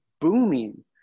booming